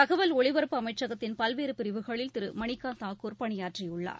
தகவல் ஒலிபரப்பு அமைச்சகத்தின் பல்வேறு பிரிவுகளில் திரு மணிகாந்த் தாகூர் பணியாற்றியுள்ளார்